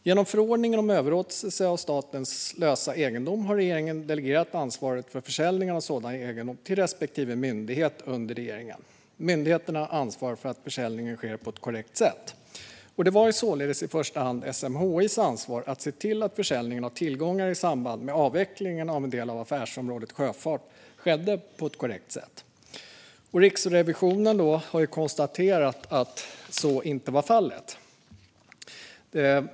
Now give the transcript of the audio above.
Genom förordningen om överlåtelse av statens lösa egendom har regeringen delegerat ansvaret för försäljningen av sådan egendom till respektive myndighet under regeringen. Myndigheterna ansvarar för att försäljningen sker på ett korrekt sätt. Det var således i första hand SMHI:s ansvar att se till att försäljningen av tillgångar i samband med avvecklingen av en del av affärsområdet Sjöfart skedde på ett korrekt sätt. Riksrevisionen har konstaterat att så inte var fallet.